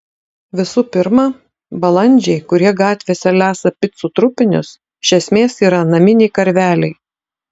visų pirma balandžiai kurie gatvėse lesa picų trupinius iš esmės yra naminiai karveliai